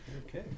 Okay